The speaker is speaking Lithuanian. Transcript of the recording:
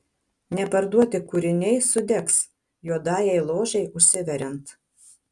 neparduoti kūriniai sudegs juodajai ložei užsiveriant